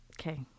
Okay